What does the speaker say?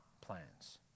plans